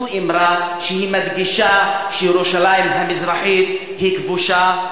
זו אמירה שמדגישה שירושלים המזרחית היא כבושה,